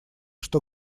что